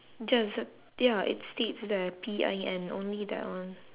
just ya it states there P I N only that one